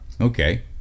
okay